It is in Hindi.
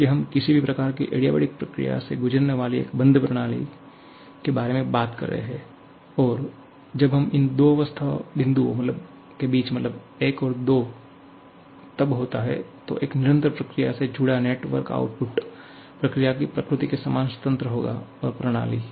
इसलिए हम किसी भी प्रकार की एडियाबेटिक प्रक्रिया से गुजरने वाली एक बंद प्रणाली के बारे में बात कर रहे हैं और जब इन दो अवस्था बिंदुओं के बीच 1 से 2 तब होता है तो एक निरंतर प्रक्रिया से जुड़ा नेट वर्क आउटपुट प्रक्रिया की प्रकृति के समान स्वतंत्र होगा और प्रणाली